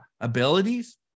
abilities